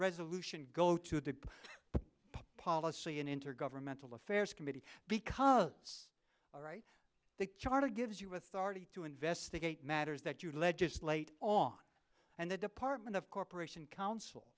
resolution go to the policy and intergovernmental affairs committee because it's all right the charter gives you authority to investigate matters that you legislate on and the department of corporation counsel